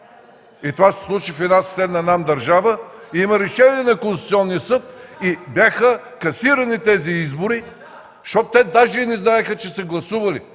И това се случи в съседна нам държава. Има решение на Конституционния съд и бяха касирани тези избори, защото те даже не знаеха, че са гласували!